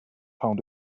found